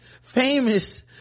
famous